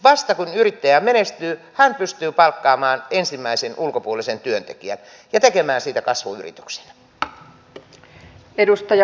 vasta kun yrittäjä menestyy hän pystyy palkkaamaan ensimmäisen ulkopuolisen työntekijän ja tekemään siitä kasvuyrityksen